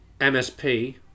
MSP